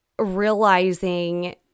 realizing